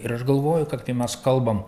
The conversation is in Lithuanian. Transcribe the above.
ir aš galvoju kad kai mes kalbam